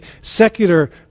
secular